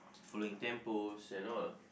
following tempos and all